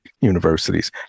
universities